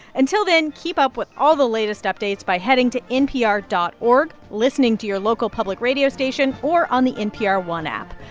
until then, keep up with all the latest updates by heading to npr dot org, listening to your local public radio station or on the npr one app.